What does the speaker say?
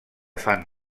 fan